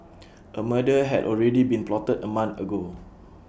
A murder had already been plotted A month ago